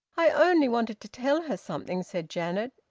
i only wanted to tell her something, said janet,